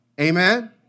Amen